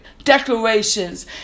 declarations